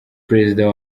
perezida